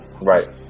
Right